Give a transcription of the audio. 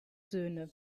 söhne